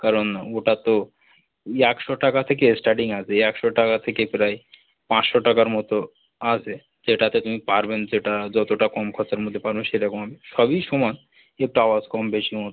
কারণ ওটা তো ই একশো টাকা থেকে স্টার্টিং আছে ই একশো টাকা থেকে প্রায় পাঁচশো টাকার মতো আছে সেটাতে তুমি পারবেন সেটা যতটা কম খরচার মধ্যে পারবেন সেরকম আমি সবই সমান একটু আওয়াজ কম বেশি মতো